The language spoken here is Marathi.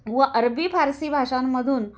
व अरबी फारसी भाषांमधून